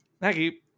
Maggie